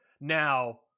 Now